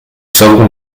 savons